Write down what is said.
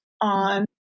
on